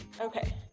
okay